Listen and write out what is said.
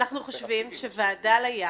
אנחנו חושבים שוועדה לים